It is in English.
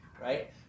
right